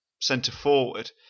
centre-forward